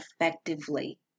effectively